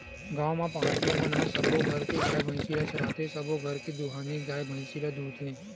गाँव म पहाटिया मन ह सब्बो घर के गाय, भइसी ल चराथे, सबो घर के दुहानी गाय, भइसी ल दूहथे